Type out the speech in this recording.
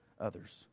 Others